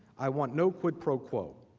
i want no quid pro quo.